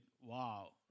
wow